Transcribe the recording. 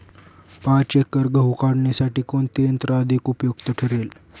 पाच एकर गहू काढणीसाठी कोणते यंत्र अधिक उपयुक्त ठरेल?